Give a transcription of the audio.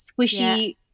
Squishy